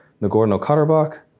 Nagorno-Karabakh